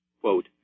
quote